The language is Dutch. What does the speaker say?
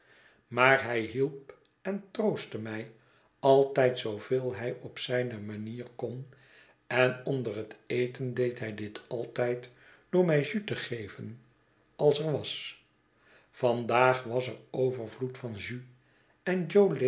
maar hij hielp en troostte mij altijd zooveel hij op zijne manier kon en onder het eten deed hij dit altijd door mij jus te geven als er was vandaag was er overvloed van jus